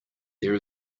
there